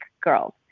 girls